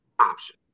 option